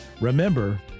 remember